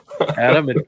Adam